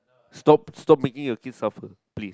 stop stop making your kid suffer please